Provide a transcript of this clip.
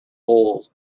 hole